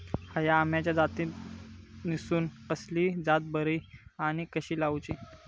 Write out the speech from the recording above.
हया आम्याच्या जातीनिसून कसली जात बरी आनी कशी लाऊची?